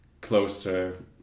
closer